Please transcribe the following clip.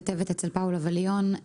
כתבת אצל פאולה ולאון.